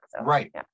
Right